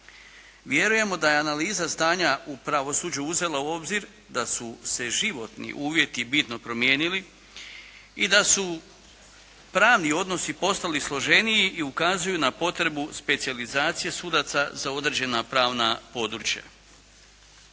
Vjerujemo da je analiza stanja u pravosuđu uzela u obzir da su se životni uvjeti bitno promijenili i da su pravni odnosi postali složeniji i ukazuju na potrebu specijalizacije sudaca za određena pravna područja.